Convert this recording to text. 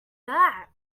that